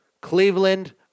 Cleveland